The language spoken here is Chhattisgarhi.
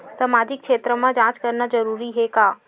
सामाजिक क्षेत्र म जांच करना जरूरी हे का?